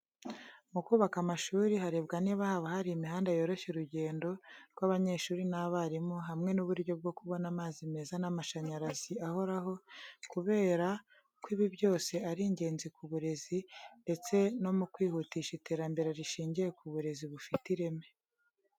Mu kubaka amashuri, harebwa niba haba hari imihanda yoroshya urugendo rw'abanyeshuri n'abarimu hamwe n'uburyo bwo kubona amazi meza n'amashanyarazi ahoraho, kubera ko ibi byose ari ingenzi ku burezi ndetse no mu kwihutisha iterambere rishingiye ku burezi bufite ireme.